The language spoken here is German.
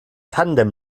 tandem